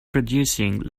producing